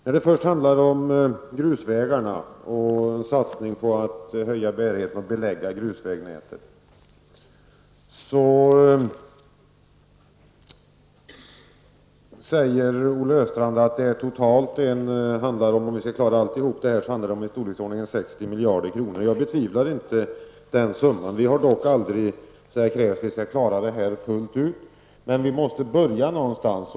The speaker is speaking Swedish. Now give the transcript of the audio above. När det gäller grusvägarna och satsningar på att höja bärigheten och belägga grusvägnätet säger Olle Östrand att om vi skall klara allt detta handlar det totalt om 60 miljarder kronor. Jag betvivlar inte den summan. Vi har dock aldrig krävt att man skall klara det här fullt ut, men vi måste börja någonstans.